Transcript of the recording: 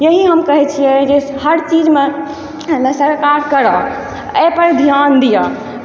इएह हम कहै छियै जे हरचीजमे सरकार करऽ एहि पर ध्यान दिअ